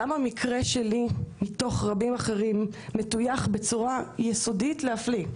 גם המקרה שלי מתוך רבים אחרים מטויח בצורה יסודית להפליא.